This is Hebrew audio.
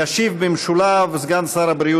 ודאי, להסכמות.